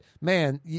man